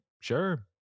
Sure